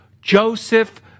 Joseph